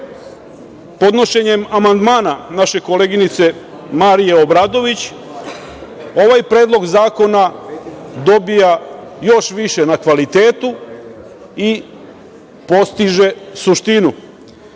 podnošenjem amandmana naše koleginice Marije Obradović, ovaj predlog zakona dobija još više na kvalitetu i postiže suštinu. Amandman